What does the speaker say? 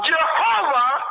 Jehovah